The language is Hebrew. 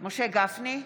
משה גפני,